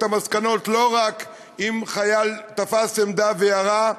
המסקנות לא רק אם חייל תפס עמדה וירה,